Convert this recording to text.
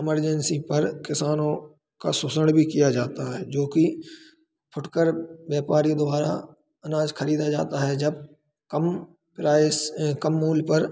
emergency पर किसानों का शोषण भी किया जाता है जोकि फुटकर व्यापारी द्वारा अनाज ख़रीदा जाता है जब कम प्राइस कम मूल्य पर